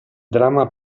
dramma